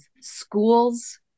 schools